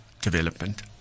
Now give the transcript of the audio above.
development